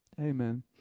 Amen